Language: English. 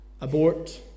Abort